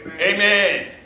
Amen